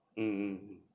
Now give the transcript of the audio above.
mm mm